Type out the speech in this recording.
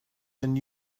than